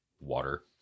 water